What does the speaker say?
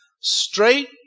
straight